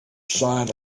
silent